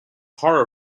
horror